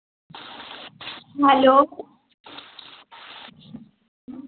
hello